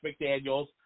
McDaniels